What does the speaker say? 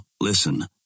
Listen